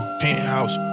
penthouse